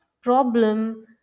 problem